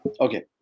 Okay